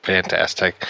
Fantastic